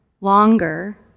longer